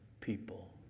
people